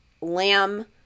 lamb